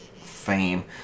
fame